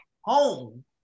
home